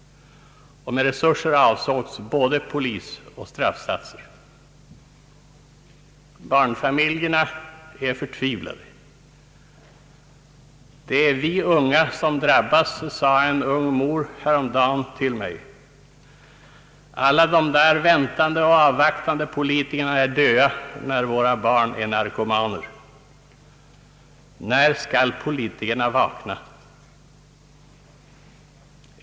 Med resurser avsågs både polis och straffsatser. Barnfamiljerna är förtvivlade. Det är vi unga som drabbas, sade en ung mor häromdagen till mig, och tillade: Alla de där väntande och avvaktande politikerna är döda när våra barn hunnit bli narkomaner. När skall politikerna vakna?